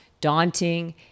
daunting